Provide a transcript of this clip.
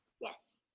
Yes